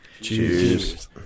Cheers